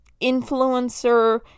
influencer